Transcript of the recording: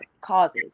causes